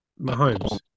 Mahomes